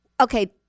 okay